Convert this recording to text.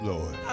Lord